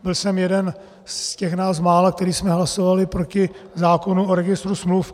Byl jsem jeden z těch nás mála, který hlasoval proti zákonu o registru smluv.